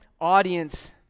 audience